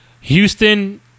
Houston